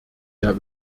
der